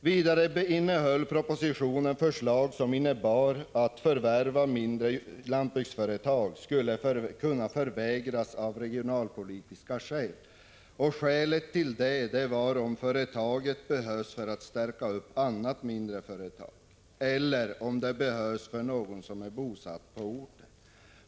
Vidare innehöll propositionen förslag som innebar att förvärv av mindre lantbruksföretag skall kunna vägras av regionalpolitiska skäl, om företaget behövs för att stärka annat mindre företag eller om det behövs för någon som är bosatt på orten.